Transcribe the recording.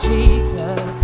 Jesus